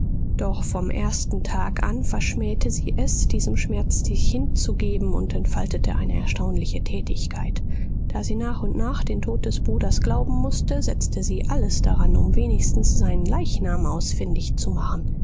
doch vom ersten tag an verschmähte sie es diesem schmerz sich hinzugeben und entfaltete eine erstaunliche tätigkeit da sie nach und nach den tod des bruders glauben mußte setzte sie alles daran um wenigstens seinen leichnam ausfindig zu machen